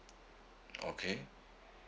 okay